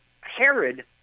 Herod